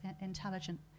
intelligent